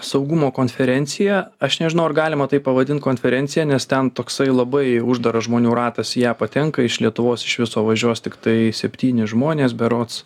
saugumo konferencija aš nežinau ar galima tai pavadint konferencija nes ten toksai labai uždaras žmonių ratas į ją patenka iš lietuvos iš viso važiuos tiktai septyni žmonės berods